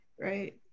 right